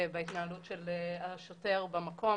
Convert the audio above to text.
והתנהלות השוטר במקום